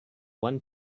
one